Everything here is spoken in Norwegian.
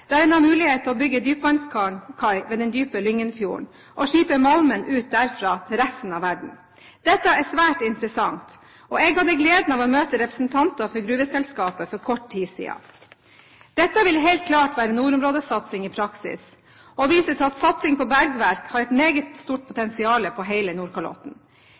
der en har mulighet til å bygge dypvannskai ved den dype Lyngenfjorden og skipe malmen ut derfra til resten av verden. Dette er svært interessant, og jeg hadde gleden av å møte representanter for gruveselskapet for kort tid siden. Dette vil helt klart være nordområdesatsing i praksis, og jeg viser til at satsing på bergverk har et meget stort potensial på hele Nordkalotten.